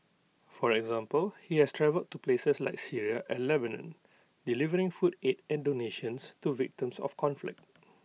for example he has travelled to places like Syria and Lebanon delivering food aid and donations to victims of conflict